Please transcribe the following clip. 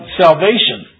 salvation